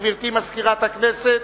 גברתי מזכירת הכנסת,